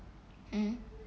um